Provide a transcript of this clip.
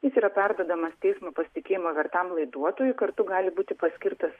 jis yra perduodamas teismo pasitikėjimo vertam laiduotojui kartu gali būti paskirtas